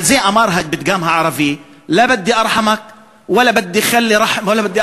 על זה אמר הפתגם הערבי: (אומר דברים בשפה הערבית,